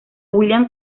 william